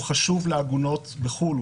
הוא חושב לעגונות בחו"ל,